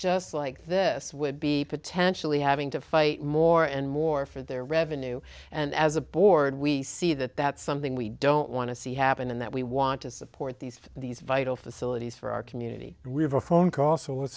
just like this would be potentially having to fight more and more for their revenue and as a board we see that that's something we don't want to see happen and that we want to support these these vital facilities for our community river phone call so